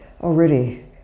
Already